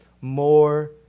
more